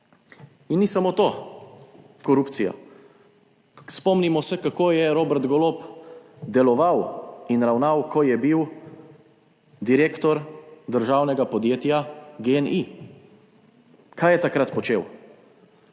In ni samo to korupcija. Spomnimo se, kako je Robert Golob deloval in ravnal, ko je bil direktor državnega podjetja Gen, kaj je takrat počel.